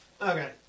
Okay